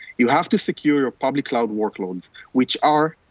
you have to secure your public cloud workloads which are,